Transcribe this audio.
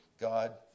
God